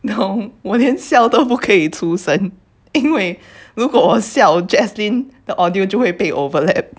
no 我连笑都不可以出声因为如果我笑 jaslyn 的 audio 就会被 overlap